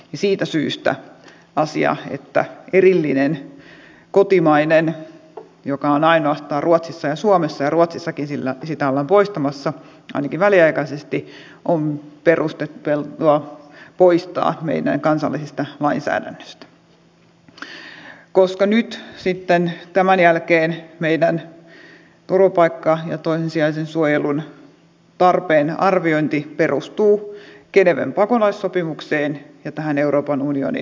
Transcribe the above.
siitä syystä tulee se asia että erillinen kotimainen joka on ainoastaan ruotsissa ja suomessa ja ruotsissakin sitä ollaan poistamassa ainakin väliaikaisesti on perusteltua poistaa meidän kansallisesta lainsäädännöstämme koska nyt tämän jälkeen meidän turvapaikan ja toissijaisen suojelun tarpeen arviointimme perustuu geneven pakolaissopimukseen ja tähän euroopan unionin määritelmän direktiiviin